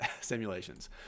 simulations